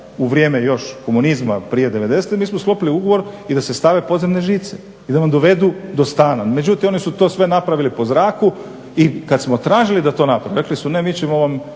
u vrijeme još komunizma, prije 90-e, mi smo sklopili ugovor i da se stave podzemne žice i da vam dovedu do stana. Međutim oni su to sve napravili po zraku i kada smo tražili da to naprave, rekli su mi ćemo vam